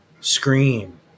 Scream